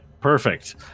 perfect